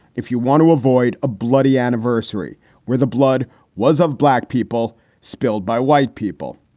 if you want to avoid a bloody anniversary where the blood was of black people spilled by white people,